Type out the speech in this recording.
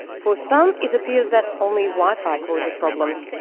for some it appears that only wifi causes problems,